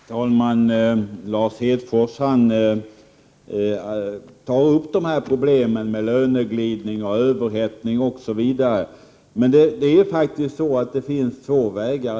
Fru talman! Lars Hedfors tar upp problemen med löneglidning, överhettning osv. Men det finns faktiskt två vägar att gå här.